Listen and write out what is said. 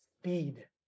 speed